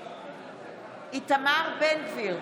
נגד איתמר בן גביר,